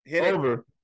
Over